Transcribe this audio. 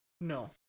No